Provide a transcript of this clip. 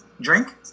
drink